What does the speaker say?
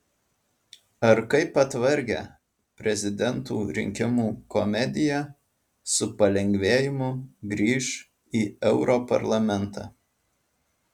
ar kaip atvargę prezidentų rinkimų komediją su palengvėjimu grįš į europarlamentą